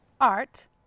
art